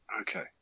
Okay